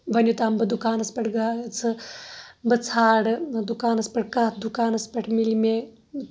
وۄنۍ یوتام بہٕ دُکانَس پٮ۪ٹھ گژھہہ بہٕ ژھانٛڈٕ دُکانَس پٮ۪ٹھ کَتھ دُکانَس پٮ۪ٹھ مِلہ مےٚ